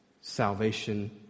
salvation